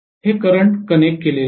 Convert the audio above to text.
हे current connect केलेले नाही